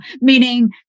meaning